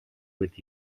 with